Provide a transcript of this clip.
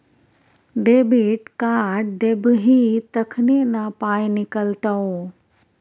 debit card देबही तखने न पाइ निकलतौ